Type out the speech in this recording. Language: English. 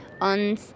on